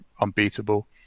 unbeatable